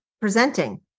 presenting